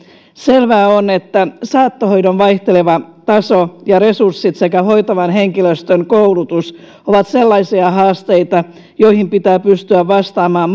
selvää on että saattohoidon vaihteleva taso ja resurssit sekä hoitavan henkilöstön koulutus ovat sellaisia haasteita joihin pitää pystyä vastaamaan